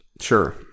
Sure